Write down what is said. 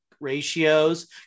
ratios